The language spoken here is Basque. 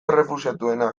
errefuxiatuena